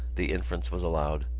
the inference was allowed.